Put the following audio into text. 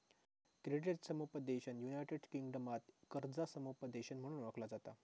credit समुपदेशन United किंगडमात कर्जा समुपदेशन म्हणून ओळखला जाता